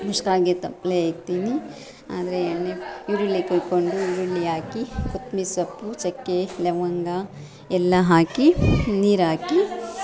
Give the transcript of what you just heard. ಕುಷ್ಕಾಗೆ ತಪ್ಪಲೆ ಇಕ್ತೀನಿ ಆದರೆ ಎಣ್ಣೆ ಈರುಳ್ಳಿ ಕುಯ್ಕೊಂಡು ಈರುಳ್ಳಿ ಹಾಕಿ ಕೊತ್ಮೀರಿ ಸೊಪ್ಪು ಚಕ್ಕೆ ಲವಂಗ ಎಲ್ಲ ಹಾಕಿ ನೀರು ಹಾಕಿ